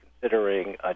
considering